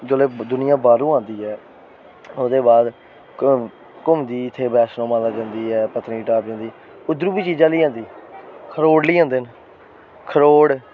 जेल्लै दुनियां बाहरो आंदी ऐ ते ओह्दे बाद घुम्मदी ऐ इत्थें वैष्णो माता जंदी ऐ उद्धरा चीज़ां बी ले्ई आंदे खरोट लेई आंदे खरोट